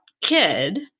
kid